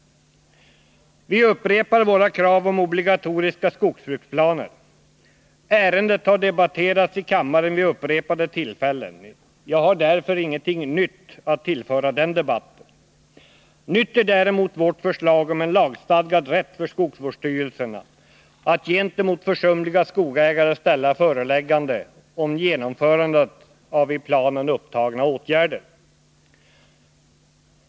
Vi upprepar vårt krav på obligatoriska skogsbruksplaner. Ärendet har debatterats i kammaren vid upprepade tillfällen. Jag har ingenting nytt att tillföra den debatten. Nytt är däremot vårt förslag om en lagstadgad rätt för skogsvårdsstyrelserna att gentemot försumliga skogsägare ställa föreläggande om genomförande av i planen upptagna åtgärder.